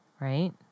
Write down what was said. right